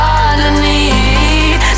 underneath